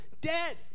Dead